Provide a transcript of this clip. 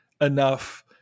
enough